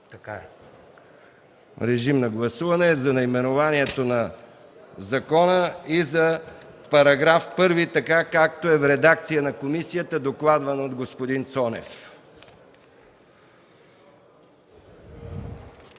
внесено. Режим на гласуване за наименованието на закона и съдържанието на § 1, така както е в редакция на комисията, докладвано от господин Цонев.